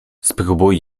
spróbuj